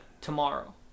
tomorrow